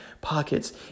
pockets